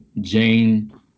Jane